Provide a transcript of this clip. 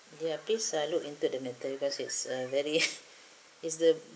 ya please ah look into the matter because is a very is the